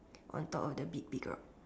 on top of the big big rock